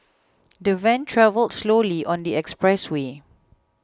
the van travelled slowly on the express way